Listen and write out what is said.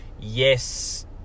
Yes